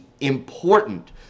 Important